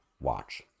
watch